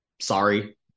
sorry